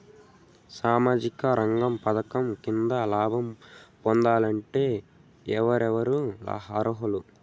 సామాజిక రంగ పథకం కింద లాభం పొందాలంటే ఎవరెవరు అర్హులు?